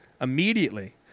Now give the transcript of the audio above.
immediately